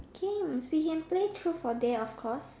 games we can play truth or dare of course